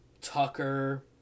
Tucker